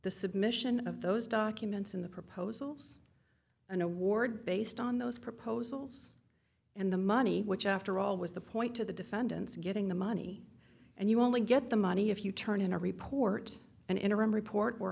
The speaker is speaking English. the submission of those documents in the proposals an award based on those proposals and the money which after all was the point to the defendants getting the money and you only get the money if you turn in a report an interim report or